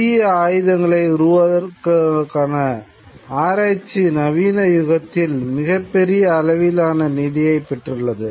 புதிய ஆயுதங்களை உருவாக்குவதற்கான ஆராய்ச்சி நவீன யுகத்தில் மிகப் பெரிய அளவிலான நிதியைப் பெற்றுள்ளது